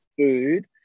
food